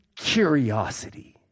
curiosity